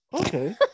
Okay